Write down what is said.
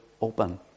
open